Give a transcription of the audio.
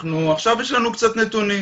עכשיו יש לנו קצת נתונים.